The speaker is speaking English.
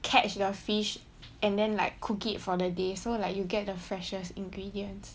catch the fish and then like cook it for the day so like you get the freshest ingredients